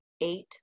eight